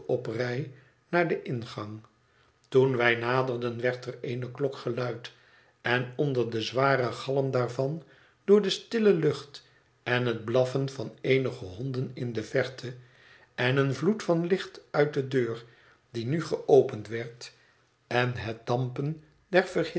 oprij naar den ingang toen wij naderden werd er eene klok geluid en onder den z waren galm daarvan door de stille lucht en het blaffen van eenige honden in de verte en een vloed van licht uit de deur die nu geopend werd en het dampen